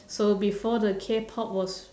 so before the Kpop was